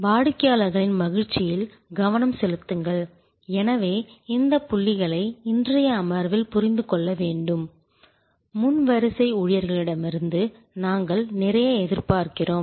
வாடிக்கையாளர்களின் மகிழ்ச்சியில் கவனம் செலுத்துங்கள் எனவே இந்த புள்ளிகளை இன்றைய அமர்வில் புரிந்து கொள்ள வேண்டும் முன் வரிசை ஊழியர்களிடமிருந்து நாங்கள் நிறைய எதிர்பார்க்கிறோம்